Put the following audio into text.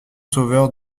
sauveur